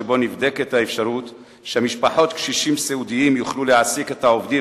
שבו נבדקת האפשרות שמשפחות קשישים סיעודיים יוכלו להעסיק את העובדים